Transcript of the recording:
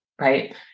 right